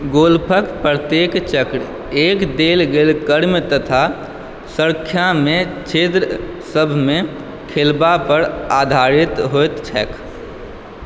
गोल्फके प्रत्येक चक्र एक देल गेल क्रम तथा सङ्ख्यामे छिद्र सभमे खेलबापर आधारित होइ छै